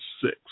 six